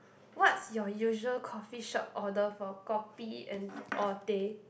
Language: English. what's your usual coffee shop order for kopi and or teh